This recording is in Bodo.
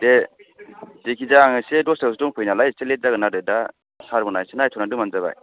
दे जेखिजाया आङो एसे दस्रायावसो दंफैयो नालाय एसे लेट जागोन आरो दा सारमोनहा एसे नायथ'नानै दोनबानो जाबाय